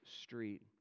street